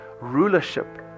rulership